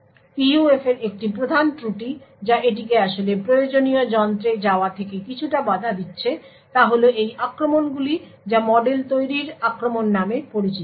PUF এর একটি প্রধান ত্রুটি যা এটিকে আসলে প্রয়োজনীয় যন্ত্রে যাওয়া থেকে কিছুটা বাধা দিচ্ছে তা হল এই আক্রমণগুলি যা মডেল তৈরীর আক্রমণ নামে পরিচিত